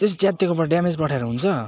त्यस्तो च्यातिएको ड्यामेज पठाएर हुन्छ